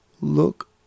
look